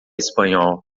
espanhol